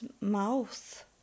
mouth